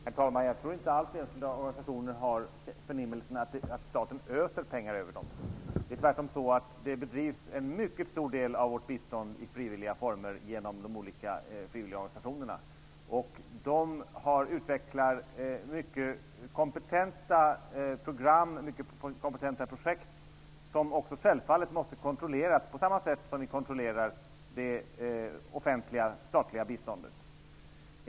Herr talman! Jag tror inte alls att enskilda organisationer har förnimmelsen att staten öser pengar över dem. Det är tvärtom så, att en mycket stor del av vårt bistånd bedrivs i frivilliga former genom olika frivilliga organisationer. De utvecklar mycket kompetenta program och projekt som självfallet också måste kontrolleras på samma sätt som det offentliga statliga biståndet.